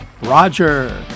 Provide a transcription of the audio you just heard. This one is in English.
roger